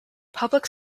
public